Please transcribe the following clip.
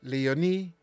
Leonie